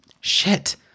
Shit